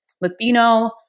Latino